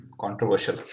Controversial